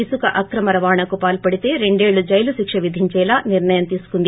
ఇసుక అక్రమ రవాణాకు పాల్పడితే రెండేళ్లు జైలు శిక్ష విధించేలా నిర్ణయం తీసుకుంది